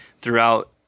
throughout